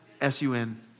S-U-N